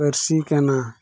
ᱯᱟᱹᱨᱥᱤ ᱠᱟᱱᱟ